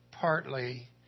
Partly